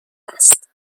است